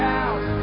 House